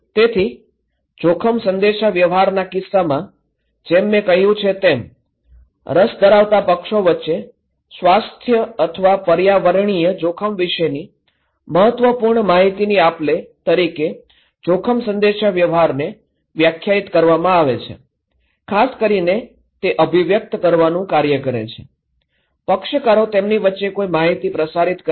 તેથી જોખમ સંદેશાવ્યવહારના કિસ્સામાં જેમ મેં કહ્યું છે તેમ રસ ધરાવતા પક્ષો વચ્ચે સ્વાસ્થ્ય અથવા પર્યાવરણીય જોખમ વિશેની ઉદ્દેશ્યપૂર્ણ માહિતીની આપ લે તરીકે જોખમ સંદેશાવ્યવહારને વ્યાખ્યાયિત કરવામાં આવે છે ખાસ કરીને તે અભિવ્યક્ત કરવાનું કાર્ય છે પક્ષકારો તેમની વચ્ચે કઈ માહિતી પ્રસારીત કરે છે